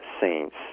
saints